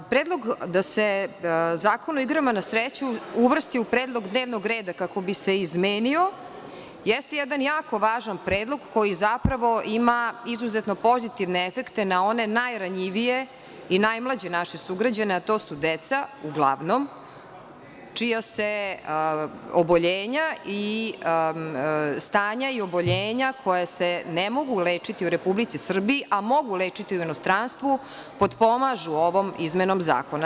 Predlog da se Zakon o igrama na sreću uvrsti u predlog dnevnog reda kako bi se izmenio, jeste jedan jako važan predlog koji zapravo ima izuzetno pozitivne efekte na one najranjivije i najmlađe naše sugrađane, a to su deca uglavnom, čija se stanja i oboljenja koja se ne mogu lečiti u Republici Srbiji, a mogu lečiti u inostranstvu, potpomažu ovom izmenom Zakona.